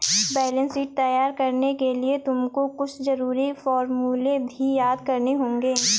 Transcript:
balance sheet तैयार करने के लिए तुमको कुछ जरूरी फॉर्मूले भी याद करने होंगे